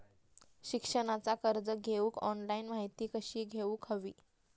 शिक्षणाचा कर्ज घेऊक ऑनलाइन माहिती कशी घेऊक हवी?